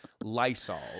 Lysol